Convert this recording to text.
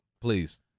Please